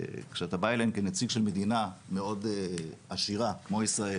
כשאתה בא אליהן כנציג של מדינה מאוד עשירה כמו ישראל